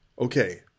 Okay